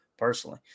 personally